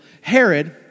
Herod